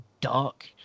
dark